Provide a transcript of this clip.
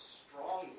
strong